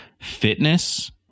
fitness